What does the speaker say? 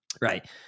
Right